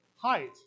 Height